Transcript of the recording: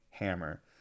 hammer